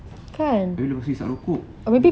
tapi dia masih hisap rokok